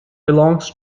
belongs